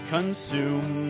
Consume